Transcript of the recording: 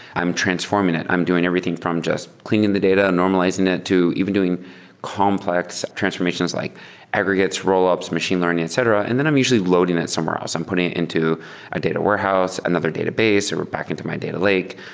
i'm transforming it. i'm doing everything from just cleaning the data and normalizing it to even doing complex transformations, like aggregates, roll ups, machine learning, etc, and then i'm usually loading that somewhere else. i'm putting it into a data warehouse, another database, or back into my data lake.